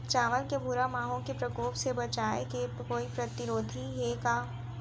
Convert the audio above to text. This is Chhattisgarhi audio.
चांवल के भूरा माहो के प्रकोप से बचाये के कोई प्रतिरोधी हे का?